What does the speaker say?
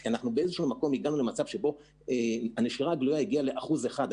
כי הגענו למצב שהנשירה הגלויה הגיעה לאחוז אחד.